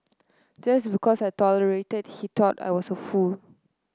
just because I tolerated he thought I was a fool